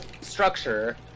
structure